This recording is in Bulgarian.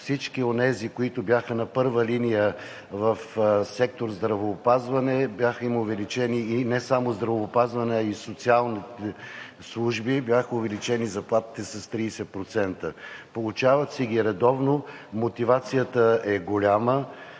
всички онези, които бяха на първа линия в сектор „Здравеопазване“, им бяха увеличени – и не само в „Здравеопазване“, а и в социалните служби им бяха увеличени заплатите с 30%. Получават си ги редовно. Мотивацията е голяма.